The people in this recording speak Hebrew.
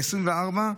ב-2024,